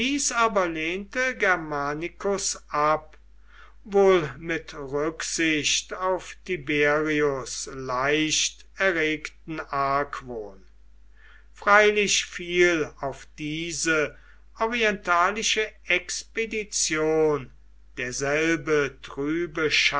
aber lehnte germanicus ab wohl mit rücksicht auf tiberius leicht erregten argwohn freilich fiel auf diese orientalische expedition derselbe trübe